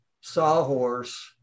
sawhorse